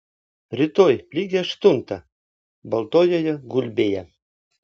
rytoj lygiai aštuntą baltojoje gulbėje